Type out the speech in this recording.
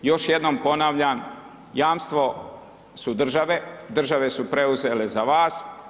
Još jednom ponavljam, jamstvo su države države su preuzele za vas.